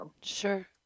Sure